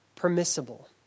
Permissible